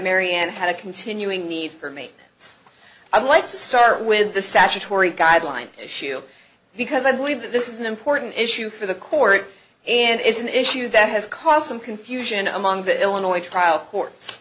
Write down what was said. marianne had a continuing need for me i'd like to start with the statutory guideline issue because i believe that this is an important issue for the court and it's an issue that has caused some confusion among the illinois trial court